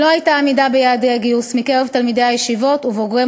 אם לא הייתה עמידה ביעדי הגיוס מקרב תלמידי הישיבות ובוגרי